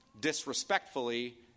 disrespectfully